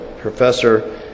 Professor